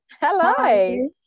Hello